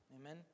Amen